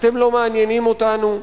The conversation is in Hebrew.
אתם לא מעניינם אותנו,